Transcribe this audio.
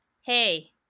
hey